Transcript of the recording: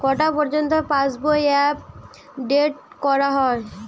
কটা পযর্ন্ত পাশবই আপ ডেট করা হয়?